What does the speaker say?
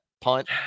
punt